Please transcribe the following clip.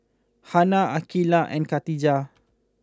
Hana Aqeelah and Katijah